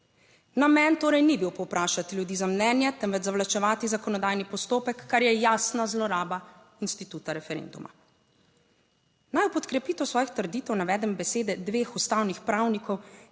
Namen torej ni bil povprašati ljudi za mnenje, temveč zavlačevati zakonodajni postopek, kar je jasna zloraba instituta referenduma. Naj v podkrepitev svojih trditev navedem besede dveh ustavnih pravnikov,